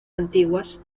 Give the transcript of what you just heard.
antiguas